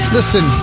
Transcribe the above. Listen